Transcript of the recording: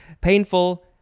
painful